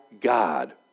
God